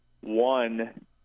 One